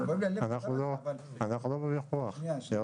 כואב לי הלב --- אנחנו לא בוויכוח, ירון.